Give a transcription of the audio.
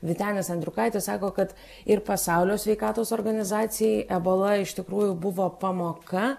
vytenis andriukaitis sako kad ir pasaulio sveikatos organizacijai ebola iš tikrųjų buvo pamoka